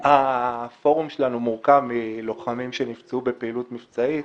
הפורום שלנו מורכב מלוחמים שנפצעו בפעילות מבצעית